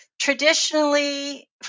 traditionally